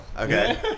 Okay